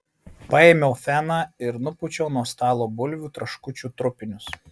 paėmiau feną ir nupūčiau nuo stalo bulvių traškučių trupinius